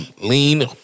lean